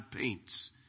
paints